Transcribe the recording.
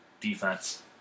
defense